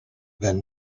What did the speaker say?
then